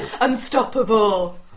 Unstoppable